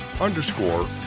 underscore